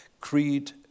creed